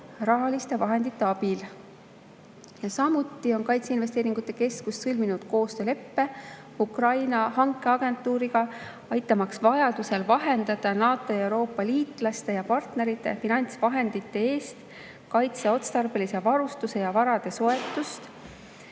rahaliste vahendite abil. Samuti on kaitseinvesteeringute keskus sõlminud koostööleppe Ukraina hankeagentuuriga, aitamaks vajadusel vahendada NATO ja Euroopa liitlaste ja partnerite finantsvahendite eest kaitseotstarbelise varustuse ja varade soetust